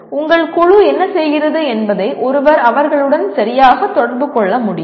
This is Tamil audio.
உங்கள் குழு என்ன செய்கிறது என்பதை ஒருவர் அவர்களுடன் சரியாக தொடர்பு கொள்ள முடியும்